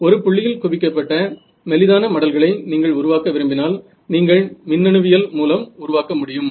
ஒரு புள்ளியில் குவிக்கப்பட்ட மெலிதான மடல்களை நீங்கள் உருவாக்க விரும்பினால் நீங்கள் மின்னணுவியல் மூலம் உருவாக்க முடியும்